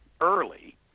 early